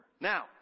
Now